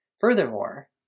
Furthermore